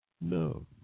no